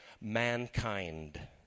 mankind